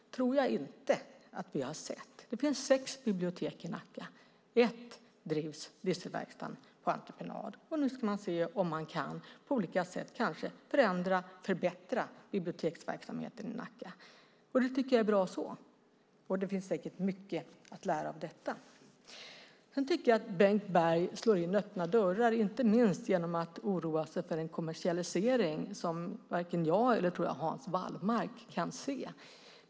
Det finns sex bibliotek i Nacka. Ett, Dieselverkstaden, drivs på entreprenad, och nu ska man se om man på olika sätt kan förändra och förbättra biblioteksverksamheten i Nacka. Jag tycker att det är bra, och det finns säkert mycket att lära av detta. Jag tycker att Bengt Berg slår in öppna dörrar, inte minst genom att oroa sig för en kommersialisering som varken jag eller, tror jag, Hans Wallmark kan se.